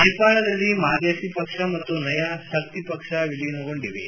ನೇಪಾಳದಲ್ಲಿ ಮಾದೇಶಿ ಪಕ್ಷ ಮತ್ತು ನಯಾ ಶಕ್ತಿ ಪಕ್ಷ ವಿಲೀನಗೊಂಡಿವೆ